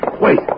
Wait